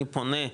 אני פונה,